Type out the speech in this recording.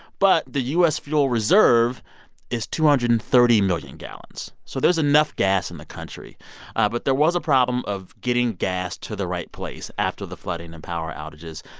but the u s. fuel reserve is two hundred and thirty million gallons. so there's enough gas in the country ah but there was a problem of getting gas to the right place after the flooding and power outages.